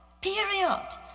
period